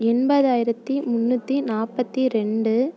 எண்பதாயிரத்தி முன்னூற்றி நாற்பத்தி ரெண்டு